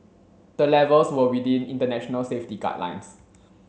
the levels were within international safety guidelines